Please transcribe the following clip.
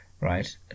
right